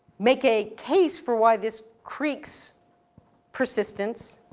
make a case for why this creek's persistence,